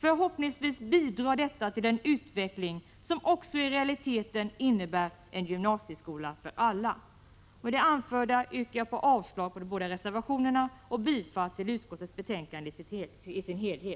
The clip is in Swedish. Förhoppningsvis bidrar detta till en utveckling som också i realiteten innebär en gymnasieskola för alla. Med det anförda yrkar jag avslag på de båda reservationerna och bifall till utskottets hemställan i dess helhet.